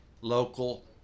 Local